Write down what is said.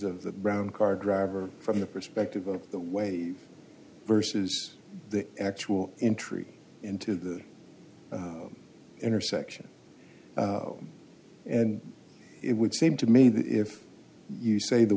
of the brown car driver from the perspective of the way versus the actual entry into the intersection and it would seem to me that if you say the